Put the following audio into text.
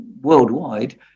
worldwide